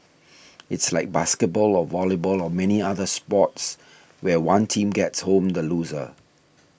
it's like basketball or volleyball or many other sports where one team gets home the loser